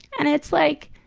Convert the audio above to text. and it's like.